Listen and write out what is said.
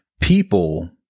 People